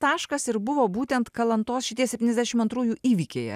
taškas ir buvo būtent kalantos šitie septyniasdešim antrųjų įvykiai